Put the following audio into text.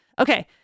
Okay